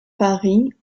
paris